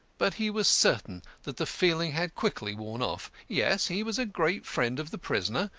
but he was certain that the feeling had quickly worn off. yes, he was a great friend of the prisoner,